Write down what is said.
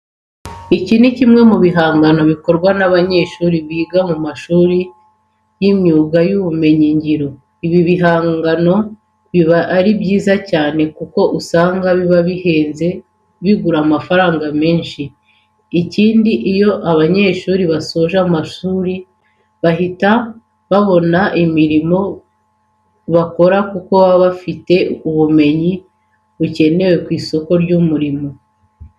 Iki ni kimwe mu bihangano bikorwa n'abanyeshuri biga mu mashuri y'imyuga n'ubumenyingiro. Ibi bigangano biba ari byiza cyane kuko usanga biba bihenze bigura amafaranga menshi. Ikindi iyo aba banyeshuri basoje amashuri bahita babona imirimo bakora kuko baba bafite ubumenyi bukenewe ku isoko ry'umurimo.